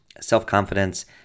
self-confidence